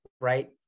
right